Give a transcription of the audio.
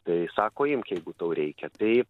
tai sako imk jeigu tau reikia tai